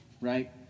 right